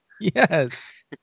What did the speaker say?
Yes